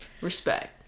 respect